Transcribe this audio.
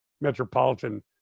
metropolitan